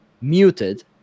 muted